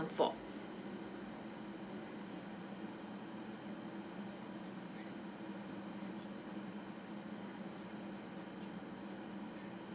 for